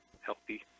healthy